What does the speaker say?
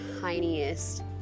tiniest